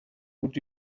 would